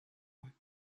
ans